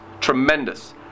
Tremendous